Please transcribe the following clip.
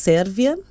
Sérvia